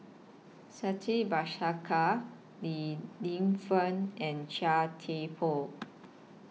Bhaskar Li Lienfung and Chia Thye Poh